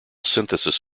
synthesis